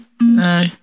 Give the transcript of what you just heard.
No